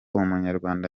umunyarwanda